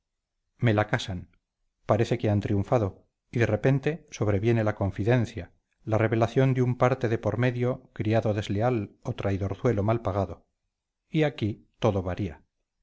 me la casan parece que han triunfado y de repente sobreviene la confidencia la revelación de un parte de por medio criado desleal o traidorzuelo mal pagado y aquí todo varía